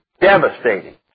devastating